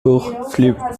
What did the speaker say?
pour